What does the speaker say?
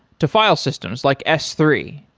to file systems like s three.